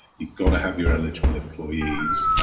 you've gotta have your eligible employees